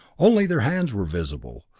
only their hands were visible,